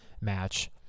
match